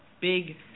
big